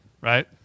right